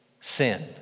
sin